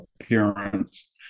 appearance